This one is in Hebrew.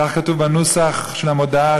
כך כתוב בנוסח של המודעה,